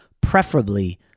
Preferably